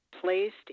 placed